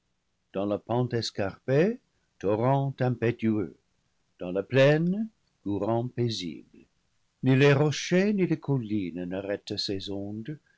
dans la pente escarpée for rent impétueux dans la plaine courant paisible ni les rochers ni les collines n'arrêtent